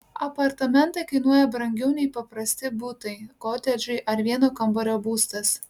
apartamentai kainuoja brangiau nei paprasti butai kotedžai ar vieno kambario būstas